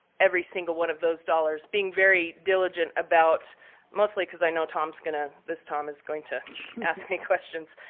every single one of those dollars, being very diligent about mostly because i know tom's going to this tom is going to ask me questions.